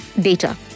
data